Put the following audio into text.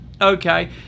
Okay